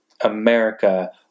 America